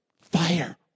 Fire